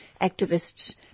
activists